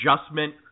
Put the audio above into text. adjustment